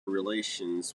relations